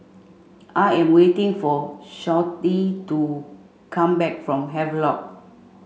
I am waiting for Shawnte to come back from Havelock